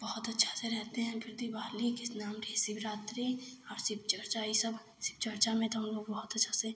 बहुत अच्छे से रहते हैं फिर दिवाली कृष्णाष्टमी शिवरात्रि और शिवचर्चा यह सब शिवचर्चा में तो हमलोग बहुत अच्छे से